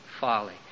folly